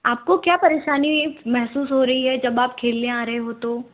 आपको क्या परेशानी महसूस हो रही है जब आप खेलने आ रहे हो तो